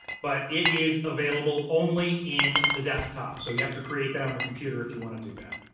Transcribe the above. but it is available only in the desktop, so you have to create that on the computer if you wanna do that.